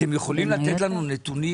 אתם יכולים לתת לנו נתונים,